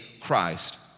Christ